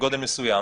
בגודל מסוים,